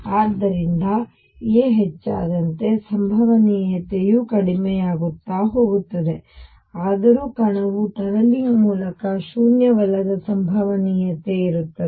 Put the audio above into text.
ಆದ್ದರಿಂದ a ಹೆಚ್ಚಿದಂತೆ ಸಂಭವನೀಯತೆಯು ಕಡಿಮೆಯಾಗುತ್ತಾ ಹೋಗುತ್ತದೆ ಆದರೂ ಕಣವು ಟನಲಿಂಗ್ ಮೂಲಕ ಶೂನ್ಯವಲ್ಲದ ಸಂಭವನೀಯತೆ ಇರುತ್ತದೆ